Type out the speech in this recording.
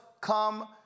come